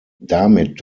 damit